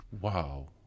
wow